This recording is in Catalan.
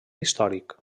històric